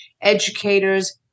educators